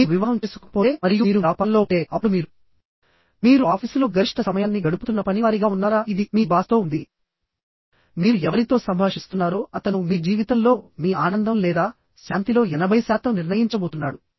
మీరు వివాహం చేసుకోకపోతే మరియు మీరు వ్యాపారంలో ఉంటే అప్పుడు మీరు మీరు ఆఫీసులో గరిష్ట సమయాన్ని గడుపుతున్న పనివారిగా ఉన్నారా ఇది మీ బాస్ తో ఉంది మీరు ఎవరితో సంభాషిస్తున్నారో అతను మీ జీవితంలో మీ ఆనందం లేదా శాంతిలో ఎనభై శాతం నిర్ణయించబోతున్నాడు